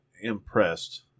impressed